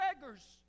beggars